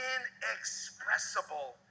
inexpressible